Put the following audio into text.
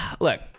Look